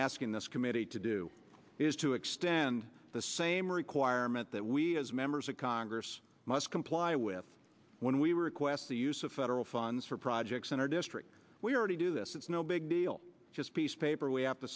asking this committee to do is to extend the same requirement that we as members of congress must comply with when we request the use of federal funds for projects in our district we already do this it's no big deal just piece of paper we have to